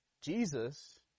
Jesus